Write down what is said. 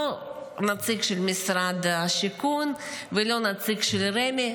לא נציג של משרד השיכון ולא נציג של רמ"י,